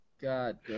God